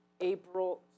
April